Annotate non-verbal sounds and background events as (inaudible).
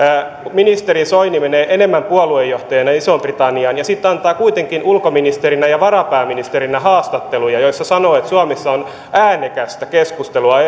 ministeri soini menee enemmän puoluejohtajana isoon britanniaan ja sitten antaa kuitenkin ulkoministerinä ja varapääministerinä haastatteluja joissa sanoo että suomessa on äänekästä keskustelua (unintelligible)